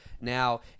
Now